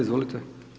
Izvolite.